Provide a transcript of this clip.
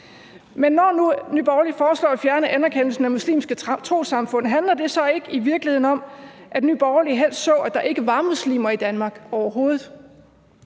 Men når nu Nye Borgerlige foreslår at fjerne anerkendelsen af muslimske trossamfund, handler det så ikke i virkeligheden om, at Nye Borgerlige helst så, at der ikke var muslimer i Danmark overhovedet?